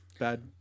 bad